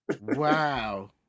Wow